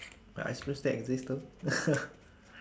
but ice cream still exist though